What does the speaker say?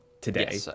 today